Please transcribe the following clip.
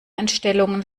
entstellungen